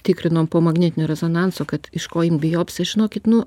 tikrinom po magnetinio rezonanso kad iš ko imt biopsiją žinokit nu